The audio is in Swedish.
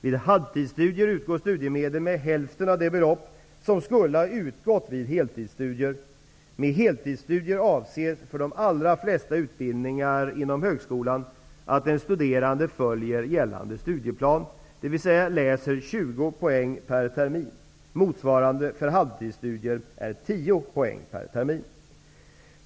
Vid halvtidstudier utgår studiemedel med hälften av det belopp som skulle ha utgått vid heltidsstudier. Med heltidsstudier avses för de allra flesta utbildningar inom högskolan att den studerande följer gällande studieplan, dvs. läser 20 poäng per termin. Motsvarande för halvtidsstudier är 10 poäng per termin.